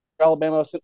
Alabama